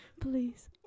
Please